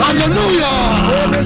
Hallelujah